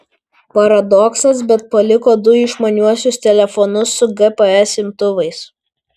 paradoksas bet paliko du išmaniuosius telefonus su gps imtuvais